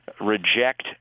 reject